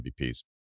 MVPs